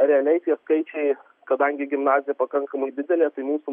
realiai tie skaičiai kadangi gimnazija pakankamai didelė tai mūsų